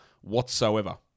whatsoever